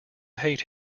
hate